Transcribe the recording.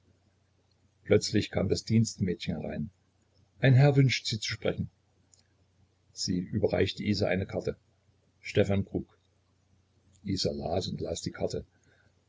plötzlich kam das dienstmädchen herein ein herr wünscht sie zu sprechen sie überreichte isa eine karte stefan kruk isa las und las die karte